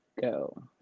go